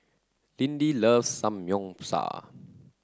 Lindy loves Samgyeopsal